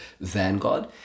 vanguard